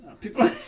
people